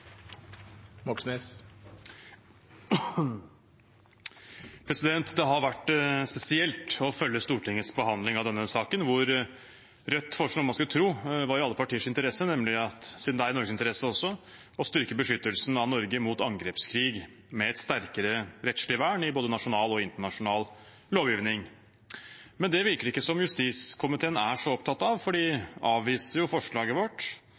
Det har vært spesielt å følge Stortingets behandling av denne saken, der Rødt foreslår noe man skulle tro var i alle partiers interesse, siden det er i Norges interesse også, nemlig å styrke beskyttelsen av Norge mot angrepskrig med et sterkere rettslig vern i både nasjonal og internasjonal lovgivning. Men det virker det ikke som om justiskomiteen er så opptatt av, for de avviser jo forslaget vårt,